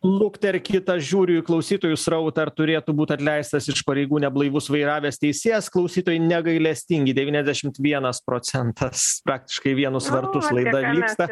lukterkit aš žiūriu į klausytojų srautą ar turėtų būt atleistas iš pareigų neblaivus vairavęs teisėjas klausytojai negailestingi devyniasdešimt vienas procentas praktiškai į vienus vartus laida vyksta